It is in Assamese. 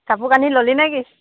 কাপোৰ কানি ল'লি নেকি